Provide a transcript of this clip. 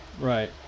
Right